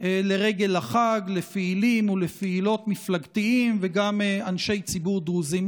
לרגל החג לפעילים ולפעילות מפלגתיים וגם לאנשי ציבור דרוזים,